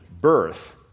birth